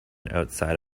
outside